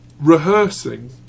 rehearsing